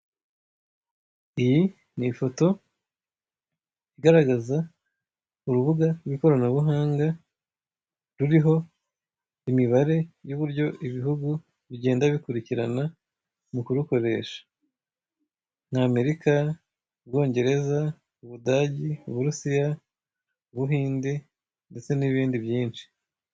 Iyi ni ifoto igaragaza urubuga rw'ikoranabuhanga ruriho imibare y'uburyo ibihugu bigenda bikurikirana mu kurukoresha. Ni Amerika, Ubwongereza, Ubudage, Uburusiya, Ubuhinde ndetse n'ibindi byinshi.